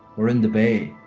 we're in the bay.